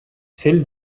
сел